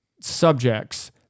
subjects